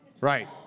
Right